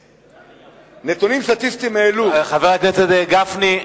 נתונים סטטיסטיים העלו, חבר הכנסת גפני,